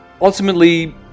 ultimately